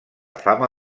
fama